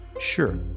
sure